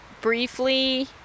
briefly